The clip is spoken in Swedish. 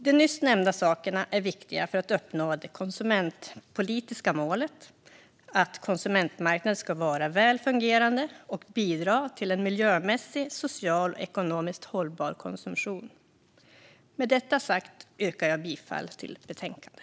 De nyss nämnda frågorna är viktiga för att uppnå det konsumentpolitiska målet att konsumentmarknader ska vara väl fungerande och bidra till en miljömässigt, socialt och ekonomiskt hållbar konsumtion. Med detta sagt yrkar jag bifall till förslaget i betänkandet.